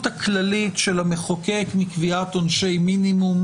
הכללית של המחוקק מקביעת עונשי מינימום,